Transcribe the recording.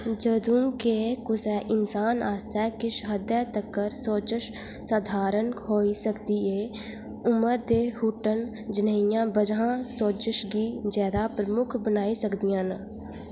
जदूं के कुसै इन्सान आस्तै किश हद्दै तक्कर सोजश सधारण होई सकदी ऐ उमर ते हुट्टन जनेहियां वजहां सोजश गी जैदा प्रमुख बनाई सकदियां न